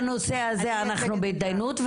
בנושא הזה אנחנו בהתדיינות,